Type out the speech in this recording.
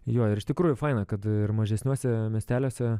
jo ir iš tikrųjų faina kad ir mažesniuose miesteliuose